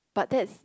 but that's